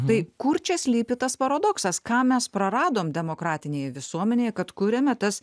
tai kur čia slypi tas paradoksas ką mes praradom demokratinėje visuomenėje kad kuriame tas